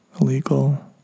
illegal